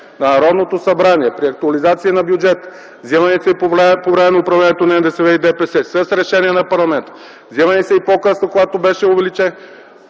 на Народното събрание при актуализации на бюджет, вземани са и по време на управлението на НДСВ и ДПС с решение на парламента, вземани са и по-късно, когато беше увеличен...